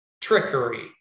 trickery